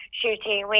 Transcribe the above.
shooting